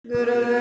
Guru